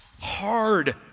hard